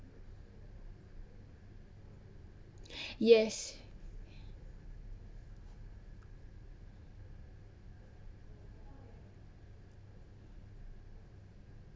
yes